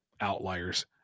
outliers